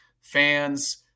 fans